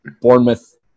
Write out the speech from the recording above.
Bournemouth